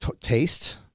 taste